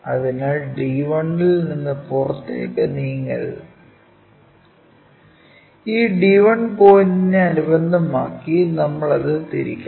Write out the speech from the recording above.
അതിനാൽ d 1 ൽ നിന്ന് പുറത്തേക്ക് നീങ്ങരുത് ഈ d1 പോയിന്റിനെ അനുബന്ധമായി നമ്മൾ അത് തിരിക്കണം